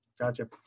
gotcha